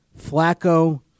Flacco-